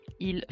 Il